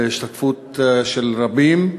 בהשתתפות של רבים,